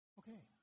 okay